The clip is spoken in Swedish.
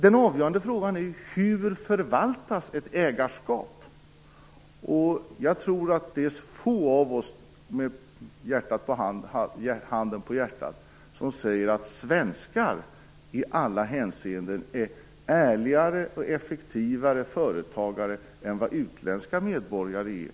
Den avgörande frågan är hur ett ägarskap förvaltas. Jag tror att få av oss med handen på hjärtat säger att svenskar i alla hänseenden är ärligare och effektivare företagare än vad utländska medborgare är.